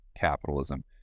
capitalism